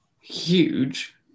huge